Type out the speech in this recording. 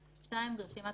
אדוני, חשוב לומר שבניגוד